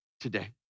today